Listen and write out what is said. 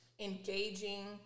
Engaging